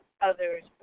others